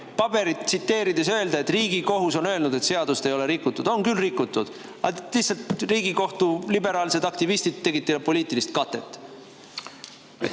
paberit tsiteerides öelda, nagu Riigikohus oleks öelnud, et seadust ei ole rikutud. On küll rikutud. Lihtsalt Riigikohtu liberaalsed aktivistid tegid teile poliitilist katet.